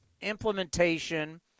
implementation